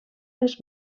les